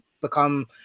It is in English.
become